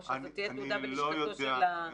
או שזו תהיה תעודה בלשכתו של המנכ"ל?